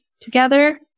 together